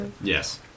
Yes